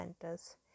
centers